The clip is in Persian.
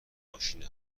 ماشین